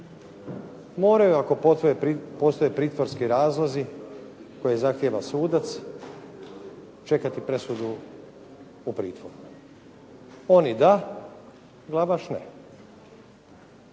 moraju ako postoje pritvorski razlozi koje zahtijeva sudac čekati presudu u pritvoru. Oni da, Glavaš ne.